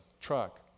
truck